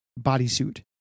bodysuit